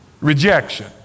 Rejection